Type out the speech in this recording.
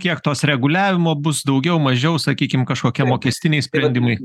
kiek tos reguliavimo bus daugiau mažiau sakykim kažkokie mokestiniai sprendimai